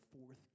fourth